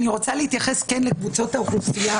אני רוצה להתייחס לקבוצות האוכלוסייה.